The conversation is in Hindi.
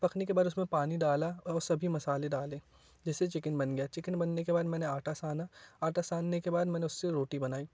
पकने के बाद उसमें पानी डाला और सभी मसाले डालें जिससे चिकेन बन गया चिकेन बनने के बाद मैंने आटा साना आटा सानने के बाद मैंने उससे रोटी बनाई